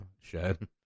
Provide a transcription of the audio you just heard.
shed